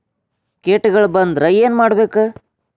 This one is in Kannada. ಕೇಟಗಳ ಬಂದ್ರ ಏನ್ ಮಾಡ್ಬೇಕ್?